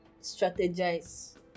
strategize